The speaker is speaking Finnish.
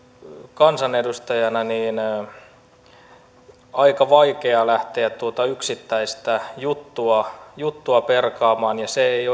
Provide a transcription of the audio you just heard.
kansanedustajana on tietenkin aika vaikea lähteä tuota yksittäistä juttua juttua perkaamaan ja se ei